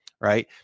right